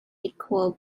equal